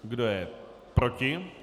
Kdo je proti?